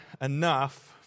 enough